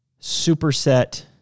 superset